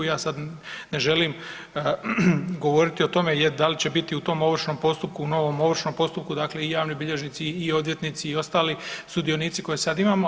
Ja sada ne želim govoriti o tome da li će biti u tom ovršnom postupku novom ovršnom postupku dakle i javni bilježnici, i odvjetnici i ostali sudionici koje sada imamo.